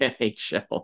NHL